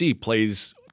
plays